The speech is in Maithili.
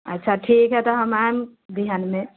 अच्छा ठीक हइ तऽ हम आयब बिहानमे